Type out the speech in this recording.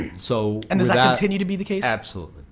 so and does that continue to be the case? absolutely.